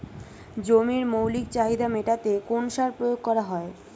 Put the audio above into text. জমির মৌলিক চাহিদা মেটাতে কোন সার প্রয়োগ করা হয়?